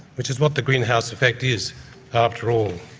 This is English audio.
which is what the greenhouse effect is after all.